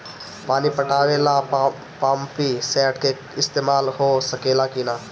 पानी पटावे ल पामपी सेट के ईसतमाल हो सकेला कि ना?